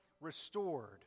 restored